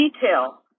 detail